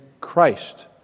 Christ